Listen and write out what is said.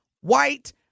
white